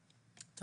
אז מה?